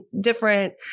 different